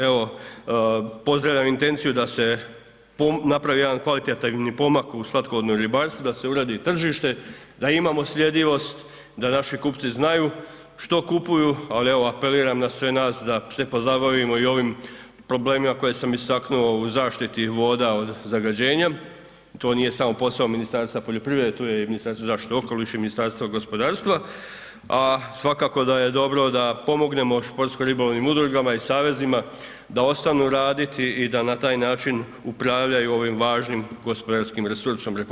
Evo, pozdravljam intenciju da se napravi jedan kvalitetan pomak u slatkovodnom ribarstvu, da se uredi tržište, da imamo sljedivost, da naši kupci znaju što kupuju, ali evo, apeliram na sve nas da se pozabavimo i ovim problemima koje sam istaknuo u zaštiti voda od zagađenja, to nije samo posao Ministarstva poljoprivrede, tu je i Ministarstvo zaštite okoliša i Ministarstvo gospodarstva, a svakako da je dobro da pomognemo športsko ribolovnim udrugama i savezima da ostanu raditi i da na taj način upravljaju ovim važnim gospodarskim resursom RH.